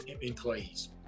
employees